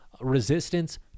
resistance